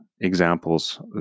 examples